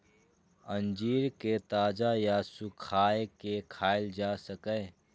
अंजीर कें ताजा या सुखाय के खायल जा सकैए